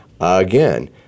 Again